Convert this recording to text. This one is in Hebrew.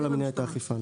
לא למינהלת האכיפה.